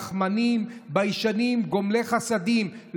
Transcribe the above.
כרחמנים, ביישנים, גומלי חסדים.